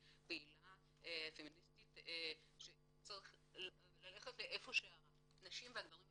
פעילה פמיניסטית שצריך למקום שהגברים והנשים האלה